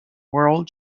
world